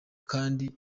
kandi